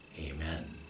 Amen